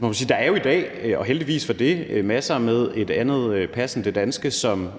Man må sige, at der jo i dag – og heldigvis for det – er masser med et andet pas end det danske, som